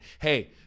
hey